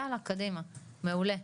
יאללה קדימה, מעולה,